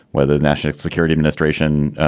whether the national security ministration,